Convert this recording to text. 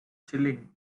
chilling